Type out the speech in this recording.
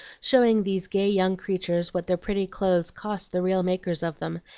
showing these gay young creatures what their pretty clothes cost the real makers of them,